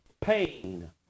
pain